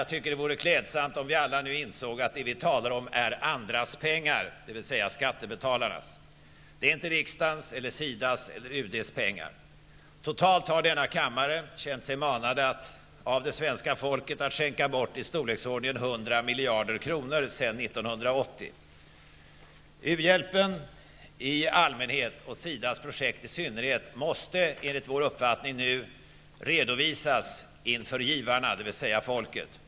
Jag tycker att det vore klädsamt om vi alla nu insåg att det vi talar om är andras pengar, dvs. skattebetalarnas pengar. Det är inte riksdagens, SIDAs eller UDs pengar. Totalt har denna kammare känt sig manad av svenska folket att skänka bort i storleksordningen 100 miljarder kronor sedan 1980. U-hjälpen i allmänhet och SIDAs projekt i synnerhet måste enligt vår uppfattning nu redovisas inför givarna, dvs. folket.